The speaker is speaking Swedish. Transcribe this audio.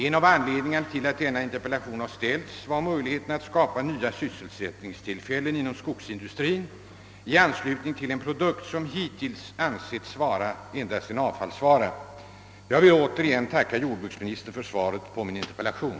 En av anledningarna till att denna interpellation har framställts var möjligheten att skapa nya sysselsättningstillfällen inom skogsindustrin i anslutning till en produkt, som hittills ansetts vara endast en avfallsvara. Jag vill återigen tacka jordbruksministern för svaret på min interpellation.